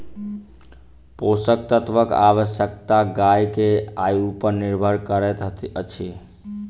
पोषक तत्वक आवश्यकता गाय के आयु पर निर्भर करैत अछि